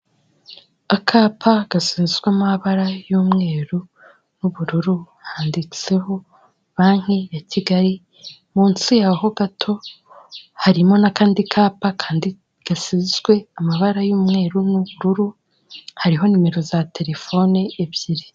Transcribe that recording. Akapa gasizwe amabara y'umweru n'ubururu handitseho banki ya Kigali, munsi yaho gato harimo n'akandi kapa gasizwe amabara y'umweru n'ubururu hariho nimero za telefone ebyiri.